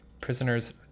prisoners